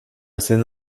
scène